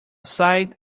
sight